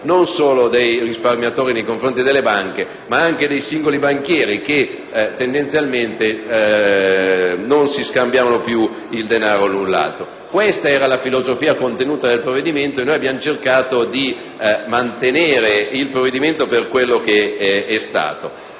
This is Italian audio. non solo dei risparmiatori nei confronti delle banche, ma anche dei singoli banchieri, che tendenzialmente non si scambiavano più il denaro l'un l'altro. Questa era la filosofia contenuta nel provvedimento, che abbiamo cercato di mantenere. Da quei giorni la crisi